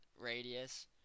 radius